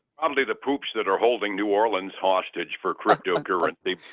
probably the poops that are holding new orleans hostage for crypto currency.